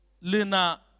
Lena